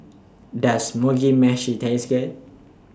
Does Mugi Meshi Taste Good